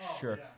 sure